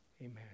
Amen